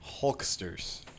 Hulksters